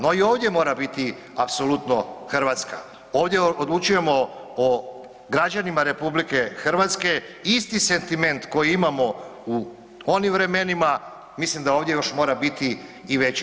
No, i ovdje mora biti apsolutno Hrvatska, ovdje odlučujemo o građanima RH isti sentiment koji imamo u onim vremenima mislim da ovdje još mora biti i veći.